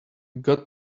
got